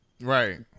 Right